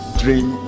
dream